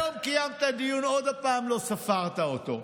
היום קיימת דיון, עוד פעם לא ספרת אותו,